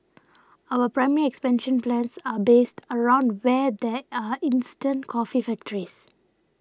our primary expansion plans are based around where there are instant coffee factories